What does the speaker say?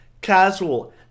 casual